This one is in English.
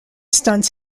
stunts